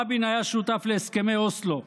רבין היה שותף להסכמי אוסלו,